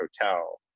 Hotel